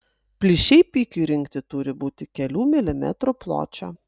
plyšiai pikiui rinkti turi būti kelių milimetrų pločio